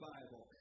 Bible